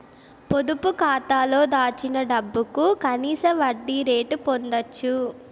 పొదుపు కాతాలో దాచిన డబ్బుకు కనీస వడ్డీ రేటు పొందచ్చు